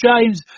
James